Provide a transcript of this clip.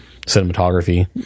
cinematography